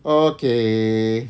okay